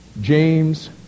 James